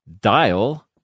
dial